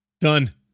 Done